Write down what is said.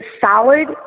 solid